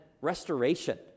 restoration